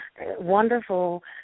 wonderful